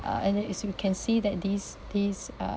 uh and then as you can see that these these uh